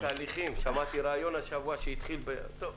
שמעתי ריאיון השבוע שהתחיל טוב,